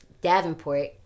Davenport